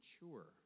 mature